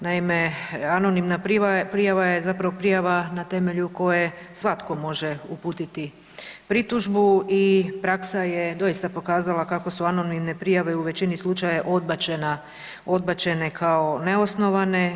Naime, anonimna prijava je zapravo prijava na temelju koje svatko može uputiti pritužbu i praksa je doista pokazala kako su anonimne prijave u većini slučajeva odbačene kao neosnovane.